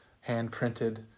hand-printed